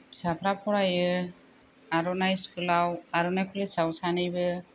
फिसाफ्रा फरायो आर'नाइ स्कुलाव आर'नाइ कलेजाव सानैबो